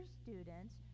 students